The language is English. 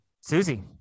susie